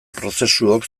prozesuok